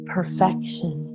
Perfection